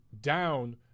down